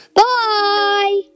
bye